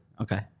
Okay